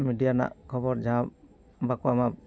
media ᱨᱮᱱᱟᱜ ᱠᱷᱚᱵᱚᱨ ᱡᱟᱦᱟᱸ ᱵᱟᱠᱚ ᱮᱢᱟ